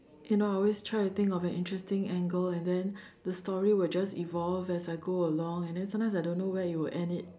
you know I always try to think of an interesting angle and then the story will just evolve as I go along and then sometimes I don't know where it will end it